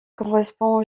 correspond